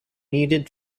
needed